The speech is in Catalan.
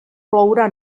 plourà